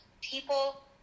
people